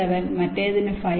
7 മറ്റേത് 5